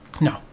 No